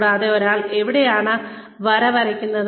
കൂടാതെ ഒരാൾ എവിടെയാണ് വര വരയ്ക്കുന്നത്